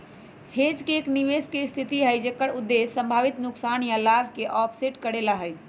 hedge एक निवेश के स्थिति हई जेकर उद्देश्य संभावित नुकसान या लाभ के ऑफसेट करे ला हई